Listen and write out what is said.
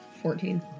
Fourteen